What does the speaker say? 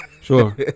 sure